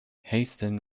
hasten